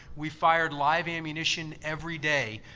we fired live ammunition every day,